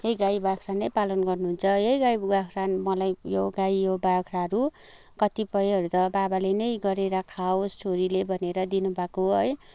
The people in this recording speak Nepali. यही गाई बाख्रा नै पालन गर्नुहुन्छ यही गाई बाख्रा मलाई यो गाई यो बाख्राहरू कतिपयहरू त बाबाले नै गरेर खाओस् छोरीले भनेर दिनु भएको हो है